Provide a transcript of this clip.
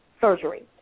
surgery